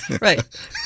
Right